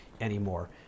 anymore